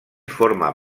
forma